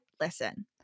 listen